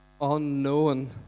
unknown